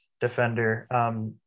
defender